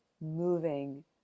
moving